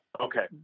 Okay